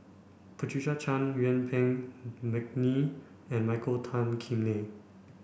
Patricia Chan Yuen Peng McNeice and Michael Tan Kim Nei